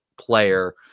player